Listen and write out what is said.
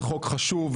זה חוק חשוב,